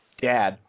Dad